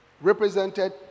represented